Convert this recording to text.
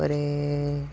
ପରେ